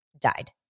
Died